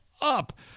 up